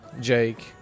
Jake